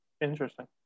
Interesting